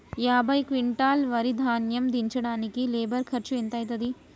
యాభై క్వింటాల్ వరి ధాన్యము దించడానికి లేబర్ ఖర్చు ఎంత అయితది?